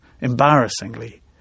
embarrassingly